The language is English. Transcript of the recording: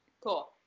Cool